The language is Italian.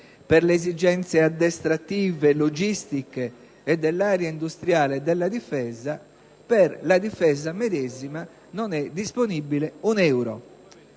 per le esigenze addestrative, logistiche e dell'area industriale della Difesa, per tale comparto non è disponibile un euro.